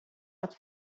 att